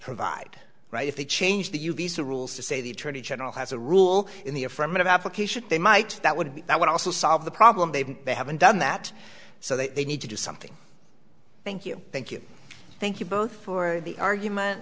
provide right if they change the u v s the rules to say the attorney general has a rule in the affirmative application they might that would be that would also solve the problem they've they haven't done that so they need to do something thank you thank you thank you both for the argument